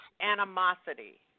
animosity